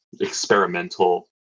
experimental